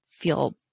feel